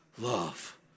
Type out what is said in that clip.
love